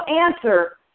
answer